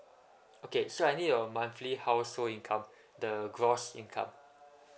okay so I need your monthly household income the gross income